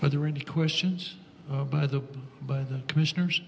whether any questions oh by the by the commissioners